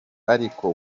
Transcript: ariko